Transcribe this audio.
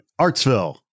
Artsville